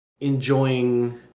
enjoying